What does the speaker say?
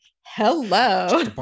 hello